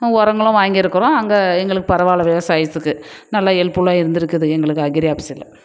ஒ உரங்களும் வாங்கியிருக்கறோம் அங்கே எங்களுக்கு பரவாயில்ல விவசாயத்துக்கு நல்ல ஹெல்ப்புல்லாக இருந்திருக்குது எங்களுக்கு அக்ரி ஆபீஸில்